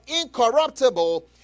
incorruptible